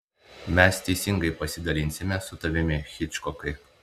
mes teisingai pasidalinsime su tavimi hičkokai